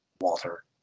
Walter